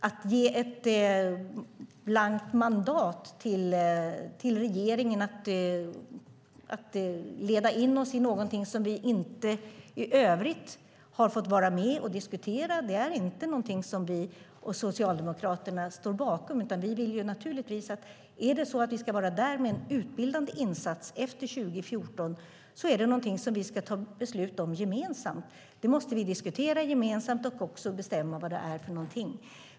Att ge ett blankt mandat till regeringen att leda in oss i någonting som vi inte i övrigt har fått vara med och diskutera är inte någonting som vi och Socialdemokraterna står bakom. Vi vill naturligtvis att om vi ska vara där med en utbildande insats efter 2014 ska vi ta beslut om det gemensamt. Det måste vi diskutera gemensamt och bestämma vad det är för någonting.